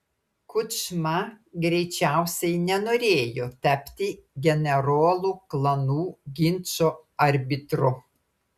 kučma greičiausiai nenorėjo tapti generolų klanų ginčo arbitru